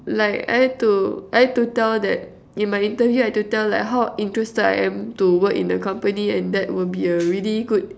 like I had to I had to tell that in my interview I had to tell like how interested I am to work in the company and that will be a really good